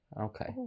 Okay